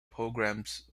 programmes